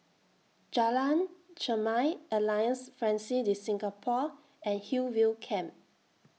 Jalan Chermai Alliance Francaise De Singapour and Hillview Camp